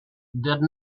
der